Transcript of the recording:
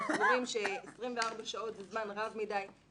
אנחנו סבורים ש-24 שעות זה זמן רב מידיי.